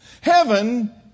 Heaven